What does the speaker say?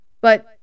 But-